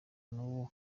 n’ubu